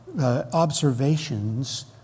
observations